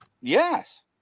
Yes